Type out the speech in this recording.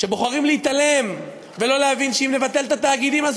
שבוחרים להתעלם ולא להבין שאם נבטל את התאגידים אז